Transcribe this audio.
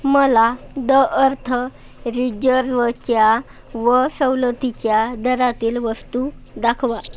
मला the earth रिझर्वच्या व सवलतीच्या दरातील वस्तू दाखवा